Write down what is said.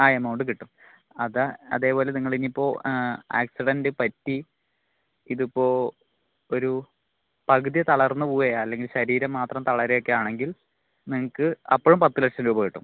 ആ എമൗണ്ട് കിട്ടും അതാ അതേപോലെ നിങ്ങളിനിയിപ്പോൾ ആക്സിഡന്റ് പറ്റി ഇതിപ്പോൾ ഒരു പകുതി തളർന്ന് പോയാൽ അല്ലെങ്കിൽ ശരീരം മാത്രം തളരുവൊക്കെയാണെങ്കിൽ നിങ്ങൾക്ക് അപ്പഴും പത്ത് ലക്ഷം രൂപ കിട്ടും